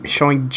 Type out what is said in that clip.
Showing